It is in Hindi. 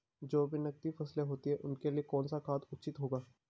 जो भी नकदी फसलें होती हैं उनके लिए कौन सा खाद उचित होगा?